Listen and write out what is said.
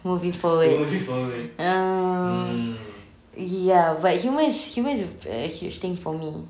moving forward err ya but humour is humour is a huge thing for me